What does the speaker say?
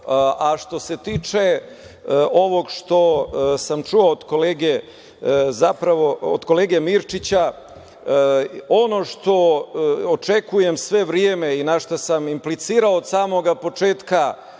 se tiče ovog što sam čuo od kolege Mirčića, ono što očekujem sve vreme i na šta sam implicirao od samog početka,